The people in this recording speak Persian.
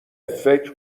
فکر